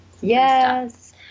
Yes